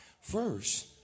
First